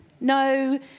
no